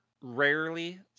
rarely